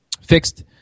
fixed